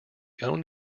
owned